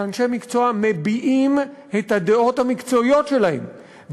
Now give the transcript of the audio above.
שאנשי מקצוע מביעים את הדעות המקצועיות שלהם,